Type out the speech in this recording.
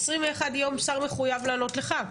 תוך 21 ימים שר מחויב לענות לח"כ.